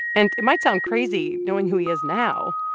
and it might sound crazy, knowing who he is now,